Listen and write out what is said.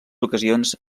ocasions